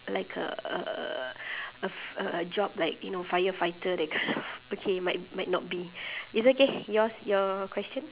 like uhh a f~ a job like you know firefighter that kind of okay mi~ might not be it's okay yours your question